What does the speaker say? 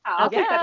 Okay